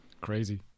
Crazy